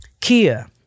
Kia